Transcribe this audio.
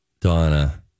Donna